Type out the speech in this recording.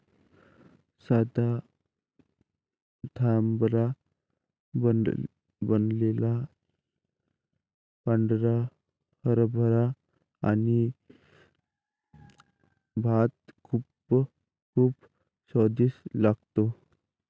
साध्या ढाब्यावर बनवलेला पांढरा हरभरा आणि भात खूप स्वादिष्ट लागतो